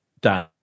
Dan